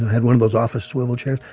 had one of those office swivel chairs.